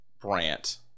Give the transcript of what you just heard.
Brant